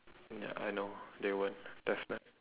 ya I know they won't definite